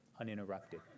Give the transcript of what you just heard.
uninterrupted